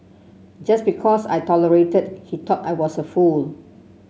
just because I tolerated he thought I was a fool